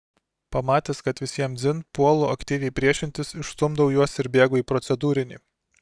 pamatęs kad visiems dzin puolu aktyviai priešintis išstumdau juos ir bėgu į procedūrinį